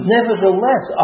Nevertheless